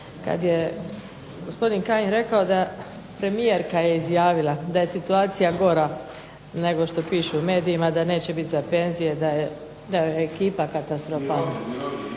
kad je gospodin Kajin rekao da premijerka je izjavila da je situacija gora nego što piše u medijima, da neće bit za penzije, da je ekipa katastrofalna.